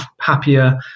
happier